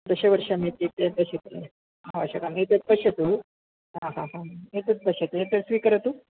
दशवर्षमित्युक्ते अवश्यकं एतद् पश्यतु हा हा आम् एतद् पश्यतु एतद् स्वीकरोतु